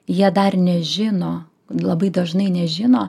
jie dar nežino labai dažnai nežino